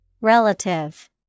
Relative